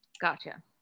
Gotcha